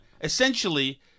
Essentially